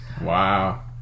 Wow